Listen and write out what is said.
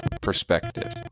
perspective